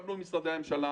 ישבנו עם משרדי הממשלה